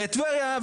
הרי טבריה,